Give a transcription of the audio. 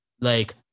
Like-